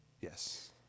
yes